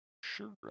Sure